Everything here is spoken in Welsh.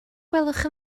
gwelwch